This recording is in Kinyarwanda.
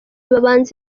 babanza